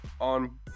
on